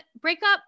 breakup